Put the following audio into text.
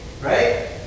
right